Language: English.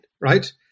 right